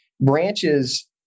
branches